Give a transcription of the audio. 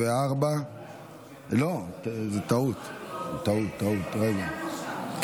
אושרה בקריאה הטרומית,